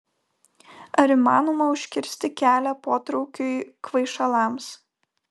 ar įmanoma užkirsti kelią potraukiui kvaišalams